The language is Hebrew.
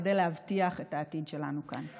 כדי להבטיח את העתיד שלנו כאן.